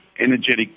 energetic